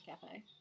Cafe